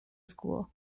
school